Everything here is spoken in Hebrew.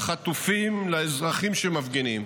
לחטופים, לאזרחים שמפגינים.